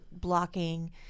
blocking